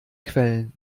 quellen